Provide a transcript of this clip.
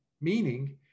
meaning